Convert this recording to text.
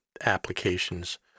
applications